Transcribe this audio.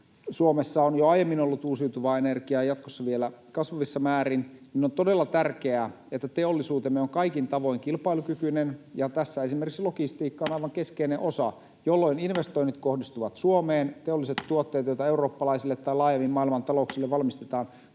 Suomessa on jo aiemmin ollut uusiutuvaa energiaa, jatkossa vielä kasvavissa määrin, niin on todella tärkeää, että teollisuutemme on kaikin tavoin kilpailukykyinen. Tässä esimerkiksi logistiikka on aivan keskeinen osa, jolloin investoinnit kohdistuvat Suomeen. Teolliset tuotteet, joita eurooppalaisille tai laajemmin maailman talouksille valmistetaan,